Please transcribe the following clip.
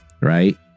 right